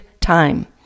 time